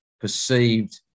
perceived